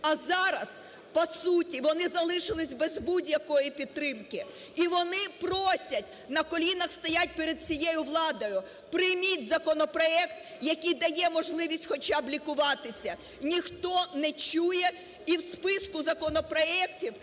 п зараз по суті вони залишилися без будь-якої підтримки. І вони просять, на колінах стоять перед цією владою: прийміть законопроект, який дає можливість хоча б лікуватися. Ніхто не чує, і в списку законопроектів,